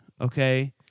okay